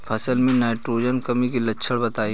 फसल में नाइट्रोजन कमी के लक्षण बताइ?